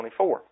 24